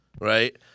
right